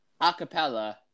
acapella